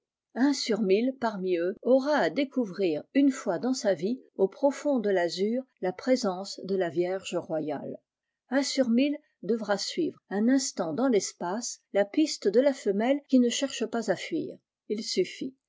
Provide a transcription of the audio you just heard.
sur mille parmi eux aura à découvrir une fois dans sa vie au profond de l'azur la présence de la vierge royale un sur mille devra suivre un instant dans l'espace la piste de la femelle qui ne cherche pas à fuir il suffit